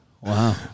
Wow